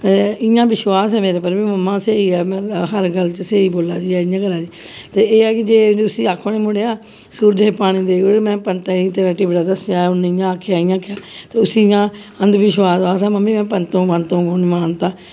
इ'यां विश्वास ऐ मेरे उप्पर जे मम्मा स्हेई ऐ हर गल्ल च स्हेई बोला दी ऐ इ'यां करा दी ते एह् ऐ कि जे उसी आक्खो नेईं मुड़ेआ सूरजै गी पानी देई ओड़ में पंतै गी तेरा टिबड़ा दस्सेआ उ'नें इ'यां आखेआ इ'यां आखेआ ते उसी इ'यां अंधविश्वास आखदा मम्मी में पंतो को नेईं मानता